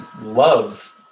love